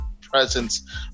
presence